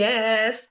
Yes